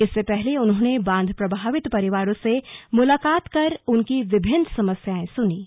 इससे पहले उन्होंने बांध प्रभावित परिवारों से मुलाकात कर उनकी विभिन्न समस्याएं सुनीं